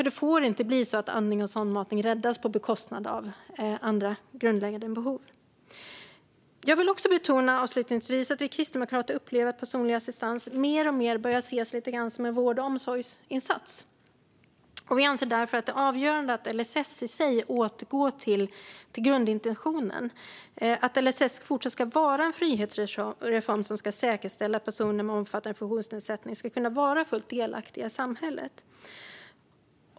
Det får inte bli så att andning och sondmatning räddas på bekostnad av andra grundläggande behov. Jag vill avslutningsvis betona att vi kristdemokrater upplever att personlig assistans alltmer börjar ses lite grann som en vård och omsorgsinsats. Vi anser därför att det är avgörande att LSS i sig återgår till grundintentionen. LSS ska fortsatt vara en frihetsreform som ska säkerställa att personer med omfattande funktionsnedsättningar ska kunna vara fullt delaktiga i samhället.